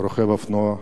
רוכב אופנוע נהרג.